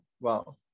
wow